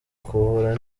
kuvura